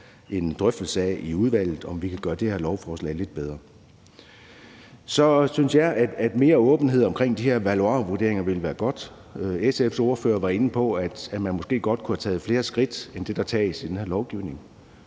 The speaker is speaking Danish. en drøftelse af i udvalget, altså om vi kunne gøre det her lovforslag lidt bedre. Jeg synes også, at mere åbenhed omkring de her valuarvurderinger ville være godt. SF's ordfører var inde på, at man måske godt kunne have taget flere skridt, end hvad der tages i den her lovgivning.